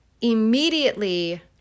immediately